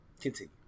Continue